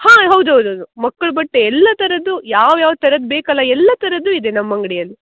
ಹಾಂ ಹೌದು ಹೌದು ಹೌದು ಮಕ್ಕಳು ಬಟ್ಟೆ ಎಲ್ಲ ಥರದ್ದು ಯಾವ ಯಾವ ಥರದ್ ಬೇಕಲ ಎಲ್ಲ ಥರದ್ದು ಇದೆ ನಮ್ಮ ಅಂಗಡಿಯಲ್ಲಿ